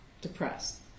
depressed